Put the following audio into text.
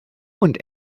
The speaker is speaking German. und